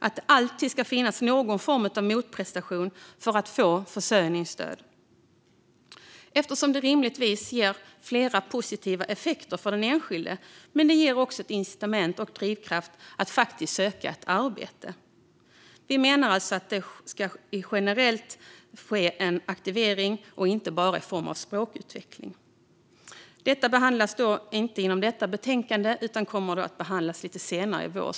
Det ska alltid finnas någon form av motprestation för att få försörjningsstöd eftersom det rimligen ger flera positiva effekter för den enskilde men också incitament och drivkraft att faktiskt söka ett arbete. Vi menar alltså att det generellt ska ske en aktivering och inte endast i form av språkutveckling. Detta behandlas dock inte inom det här betänkandet utan kommer att behandlas senare i vår.